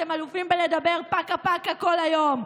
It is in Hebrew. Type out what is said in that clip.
אתם אלופים בלדבר פקה-פקה כל היום.